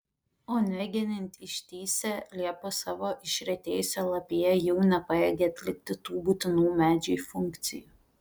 o negenint ištįsę liepos savo išretėjusia lapija jau nepajėgia atlikti tų būtinų medžiui funkcijų